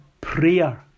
prayer